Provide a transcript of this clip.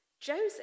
Joseph